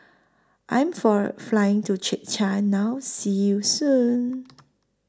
I Am For Flying to Czechia now See YOU Soon